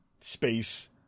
space